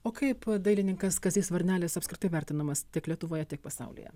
o kaip dailininkas kazys varnelis apskritai vertinamas tik lietuvoje tiek pasaulyje